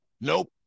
Nope